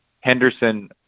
Henderson